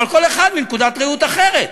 אבל כל אחד מנקודת ראות אחרת.